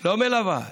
לא מלווה,